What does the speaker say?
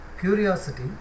Curiosity